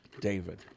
David